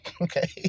okay